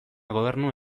gobernu